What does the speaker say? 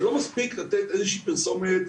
ולא מספיק לתת איזושהי פרסומת,